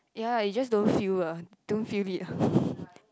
ya you just don't feel a don't feel it ah